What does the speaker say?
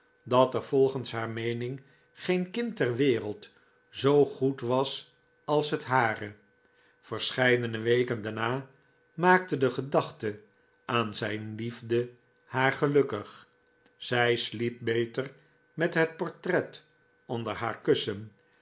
dat er volgens haar meening geen kind ter wereld zoo goed was als het hare verscheidene weken daarna maakte de gedachte aan zijn liefde haar gelukkig zij sliep beter met het portret onder haar kussen